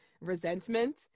resentment